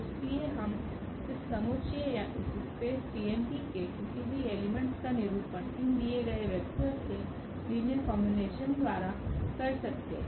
इसलिए हम इस समुच्चय या इस स्पेस Pn के किसी भी एलिमेंट का निरूपण इन दिए गए वेक्टर के लीनियर कोम्बिनेशन द्वारा कर सकते है